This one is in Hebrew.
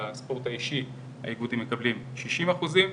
בספורט האישי האיגודים מקבלים שישים אחוזים.